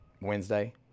Wednesday